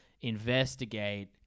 investigate